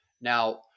Now